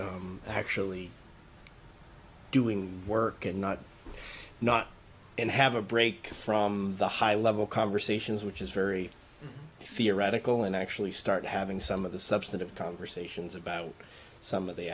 start actually doing work and not not and have a break from the high level conversations which is very fear radical and actually start having some of the substantive conversations about some of the